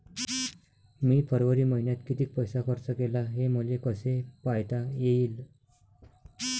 मी फरवरी मईन्यात कितीक पैसा खर्च केला, हे मले कसे पायता येईल?